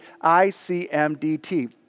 I-C-M-D-T